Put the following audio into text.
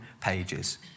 pages